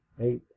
eight